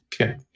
Okay